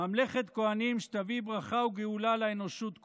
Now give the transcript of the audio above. ממלכת כוהנים, שתביא ברכה וגאולה לאנושות כולה.